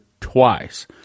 twice